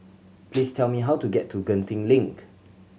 please tell me how to get to Genting Link